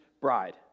bride